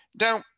Now